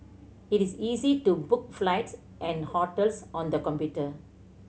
it is easy to book flights and hotels on the computer